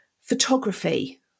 photography